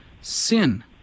sin